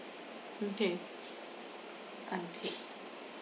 okay unpaid